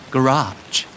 Garage